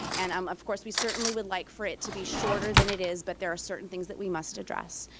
and um of course, we certainly would like for it to be shorter than it is, but there are certain things that we must address.